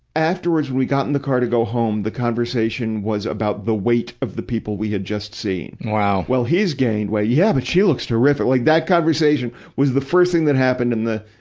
afterwards we got in the car to go home, the conversation was about the weight of the people we had just seen. wow! well, he's gained weight. yeah, but she looks terrific like, that conversation was the first things that happened in the,